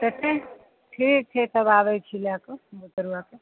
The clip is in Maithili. तऽ ठीक ठीक छै तब आबै छी लै कऽ बुतुरुआके